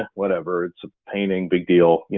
whatever, it's a painting, big deal.